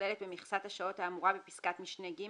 הנכללת במכסת השעות האמורה בפסקת משנה (ג)